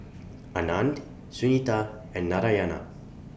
Anand Sunita and Narayana